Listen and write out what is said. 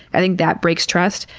i think that breaks trust.